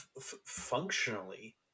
functionally